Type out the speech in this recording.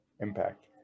Impact